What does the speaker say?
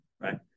right